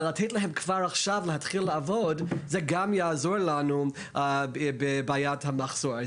אבל לתת להם כבר עכשיו להתחיל לעבוד זה גם יעזור לנו בבעיית המחסור.